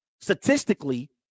statistically